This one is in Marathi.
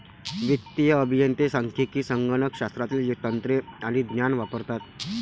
वित्तीय अभियंते सांख्यिकी, संगणक शास्त्रातील तंत्रे आणि ज्ञान वापरतात